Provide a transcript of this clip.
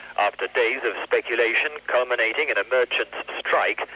after days of speculation, culminating in a merchants' strike,